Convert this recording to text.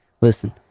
Listen